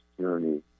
journey